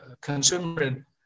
consumer